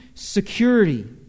Security